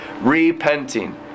repenting